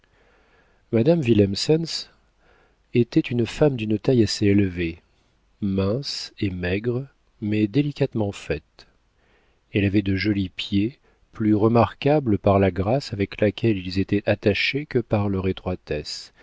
madame willemsens était une femme d'une taille assez élevée mince et maigre mais délicatement faite elle avait de jolis pieds plus remarquables par la grâce avec laquelle ils étaient attachés que par leur étroitesse